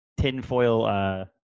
tinfoil